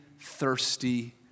thirsty